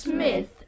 Smith